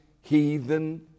heathen